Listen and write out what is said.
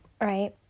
right